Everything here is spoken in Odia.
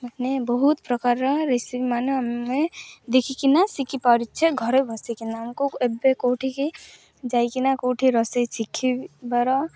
ମାନେ ବହୁତ ପ୍ରକାରର ରେସିପି ମାନେ ଆମେ ଦେଖିକିନା ଶିଖି ପାରୁଛେ ଘରେ ବସିକିନା ଆମକୁ ଏବେ କେଉଁଠିକି ଯାଇକିନା କେଉଁଠି ରୋଷେଇ ଶିଖିବାର